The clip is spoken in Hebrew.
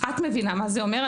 את מבינה מה זה אומר.